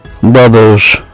brothers